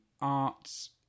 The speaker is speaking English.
arts